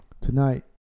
Tonight